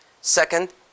Second